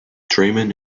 draiman